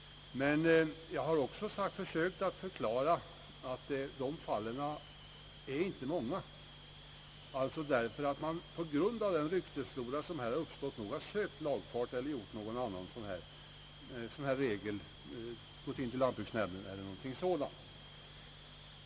Men jag har också försökt att förklara, att de fallen inte är många. På grund av den ryktesflora som uppstått har man sökt lagfart, vänt sig till lantbruksnämnden eller vidtagit någon annan åtgärd.